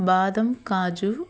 బాదం కాజు